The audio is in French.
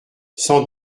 sans